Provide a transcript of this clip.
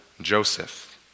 Joseph